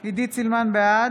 עלי סלאלחה, בעד